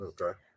Okay